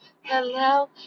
Hello